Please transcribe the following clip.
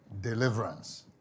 deliverance